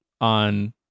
on